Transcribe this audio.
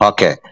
Okay